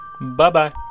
Bye-bye